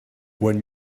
when